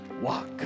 walk